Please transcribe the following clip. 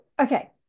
okay